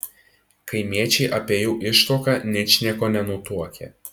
kaimiečiai apie jų ištuoką ničnieko nenutuokė